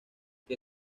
que